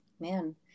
man